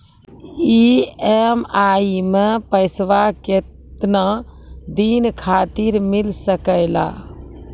EMI मैं पैसवा केतना दिन खातिर मिल सके ला?